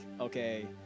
okay